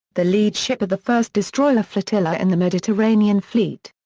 the lead ship of the first destroyer flotilla in the mediterranean fleet.